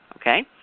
okay